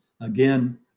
again